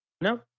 no